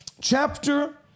chapter